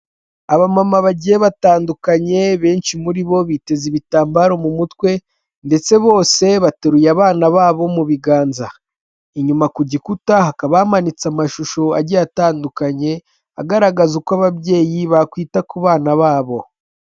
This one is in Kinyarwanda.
Aba mama bagiye batandukanye, benshi muri bo biteze ibitambaro mu mutwe, ndetse bose baturuye abana babo mu biganza. Inyuma ku gikuta hakaba bamanitse amashusho agiye atandukanye, agaragaza uko ababyeyi bakwita ku bana babo.